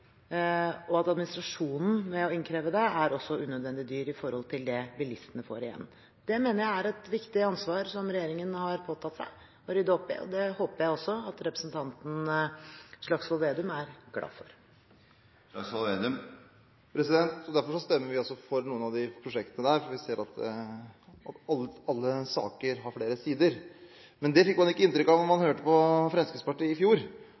og at administrasjonen med å innkreve det også er unødvendig dyr i forhold til hva bilistene får igjen. Det mener jeg er et viktig ansvar som regjeringen har påtatt seg å rydde opp i, og det håper jeg også at representanten Slagsvold Vedum er glad for. Derfor stemmer vi også for noen av disse prosjektene, fordi vi ser at alle saker har flere sider. Men det fikk man ikke inntrykk av når man hørte på Fremskrittspartiet i fjor